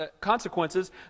consequences